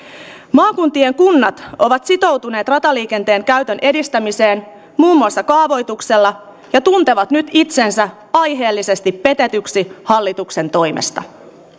maakuntien kunnat ovat sitoutuneet rataliikenteen käytön edistämiseen muun muassa kaavoituksella ja tuntevat nyt itsensä aiheellisesti petetyksi hallituksen toimesta